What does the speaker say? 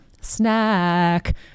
snack